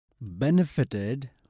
benefited